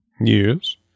Yes